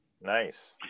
Nice